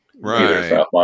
Right